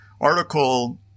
article –